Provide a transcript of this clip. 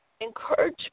encourage